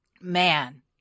man